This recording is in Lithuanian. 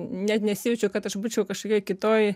net nesijaučiu kad aš būčiau kažkokioj kitoj